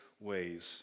ways